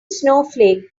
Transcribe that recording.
snowflake